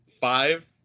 five